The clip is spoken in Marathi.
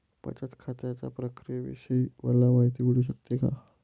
बचत खात्याच्या प्रक्रियेविषयी मला माहिती मिळू शकते का?